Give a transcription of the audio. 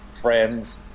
friends